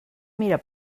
mira